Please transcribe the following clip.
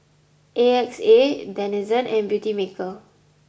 A X A Denizen and Beautymaker